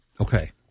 Okay